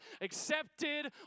accepted